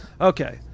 Okay